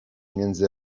między